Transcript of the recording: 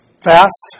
fast